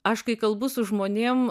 aš kai kalbu su žmonėm